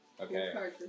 Okay